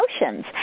emotions